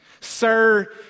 Sir